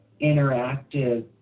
interactive